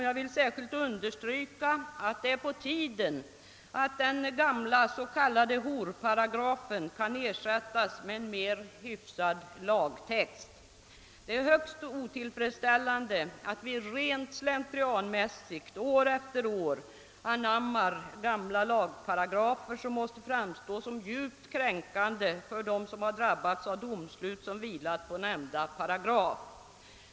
Jag vill särskilt understryka att det är på tiden att den gamla s.k. horparagrafen skall ersättas med en mera hyfsad lagtext. Det är högst otillfredsställande att vi rent slentrianmässigt år efter år anammar gamla lagparagrafer som måste framstå som djupt kränkande för dem som drabbas av domslut som vilar på nämnda paragraf.